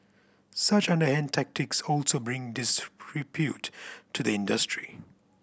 such underhand tactics also bring disrepute to the industry